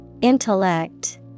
Intellect